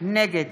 נגד